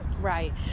Right